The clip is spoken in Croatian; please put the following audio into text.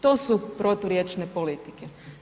To su proturječne politike.